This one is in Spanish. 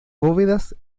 bóvedas